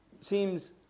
seems